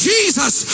Jesus